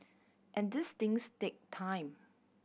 and these things take time